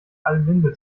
adelinde